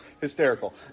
hysterical